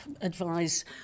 advise